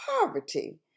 poverty